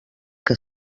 que